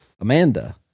Amanda